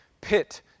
pit